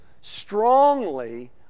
strongly